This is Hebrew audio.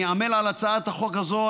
אני עמל על הצעת החוק הזאת,